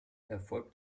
erfolgt